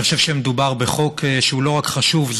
אני חושב שמדובר בחוק שהוא לא רק חשוב,